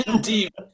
deep